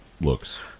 looks